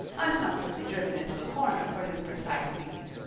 uncomfortably driven into a corner for his precise meaning.